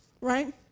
Right